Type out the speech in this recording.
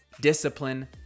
discipline